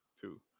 Two